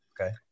Okay